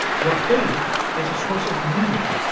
your faith is a source of meaning,